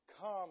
come